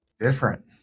Different